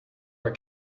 are